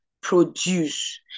produce